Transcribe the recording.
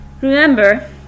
Remember